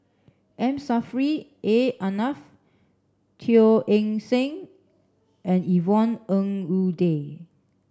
M Saffri A Manaf Teo Eng Seng and Yvonne Ng Uhde